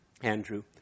Andrew